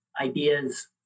ideas